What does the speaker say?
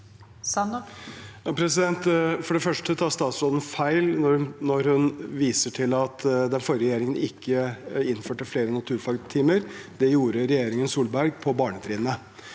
For det første tar statsråden feil når hun viser til at den forrige regjeringen ikke innførte flere naturfagtimer. Det gjorde regjeringen Solberg på barnetrinnet.